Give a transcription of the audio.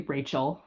Rachel